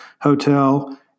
hotel